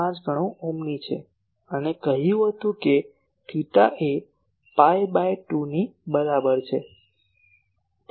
5 ગણો ઓમ્ની છે અને કહ્યું હતું કે થેટા એ પાઈ બાય 2 ની બરાબર છે